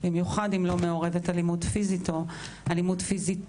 במיוחד אם לא מעורבת אלימות פיזית או אלימות פיזית